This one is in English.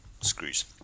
screws